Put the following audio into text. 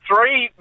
Three